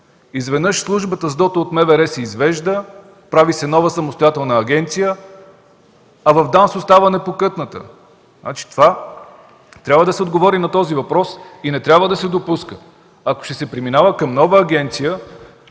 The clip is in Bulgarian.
Изведнъж службата СДОТО от МВР се извежда, прави се нова самостоятелна агенция, а в ДАНС остава непокътната. Трябва да се отговори на този въпрос и не трябва да се допуска, ако ще се преминава към нова агенция,